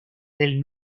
del